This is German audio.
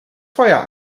feuer